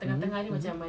mm mmhmm